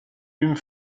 hume